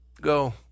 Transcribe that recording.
go